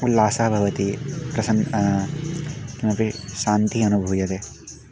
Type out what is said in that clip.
उल्लासः भवति प्रसं किमपि शान्तिः अनुभूयते